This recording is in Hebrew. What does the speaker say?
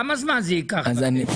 כמה זמן זה ייקח לכם?